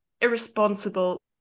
irresponsible